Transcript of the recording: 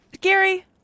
Gary